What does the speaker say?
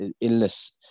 illness